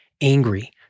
angry